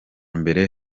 mbere